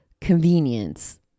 convenience